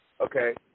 Okay